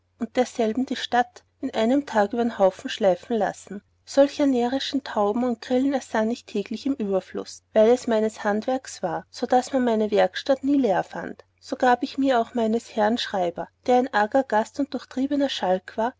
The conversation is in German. und dergestalt die stadt in einem tag übern haufen schleifen lassen solcher närrischen tauben und grillen ersann ich täglich einen überfluß weil es meines handwerks war so daß man meine werkstatt nie leer fand so gab mir auch meines herrn schreiber der ein arger gast und durchtriebener schalk war